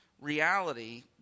reality